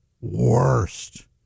worst